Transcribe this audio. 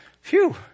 Phew